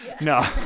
no